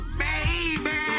baby